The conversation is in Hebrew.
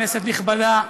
כנסת נכבדה,